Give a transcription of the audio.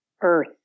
earth